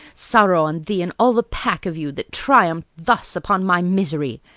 sorrow on thee and all the pack of you that triumph thus upon my misery!